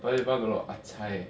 paya lebar got a lot of acai